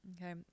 Okay